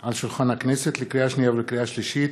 על שולחן הכנסת, לקריאה שנייה ולקריאה שלישית: